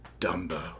Dumbo